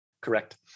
correct